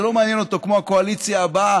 זה לא מעניין אותו כמו הקואליציה הבאה,